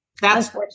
That's-